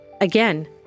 Again